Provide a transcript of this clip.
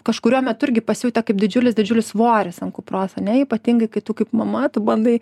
kažkuriuo metu irgi pasijautė kaip didžiulis didžiulis svoris ant kupros ane ypatingai kai tu kaip mama tu bandai